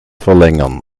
verlängern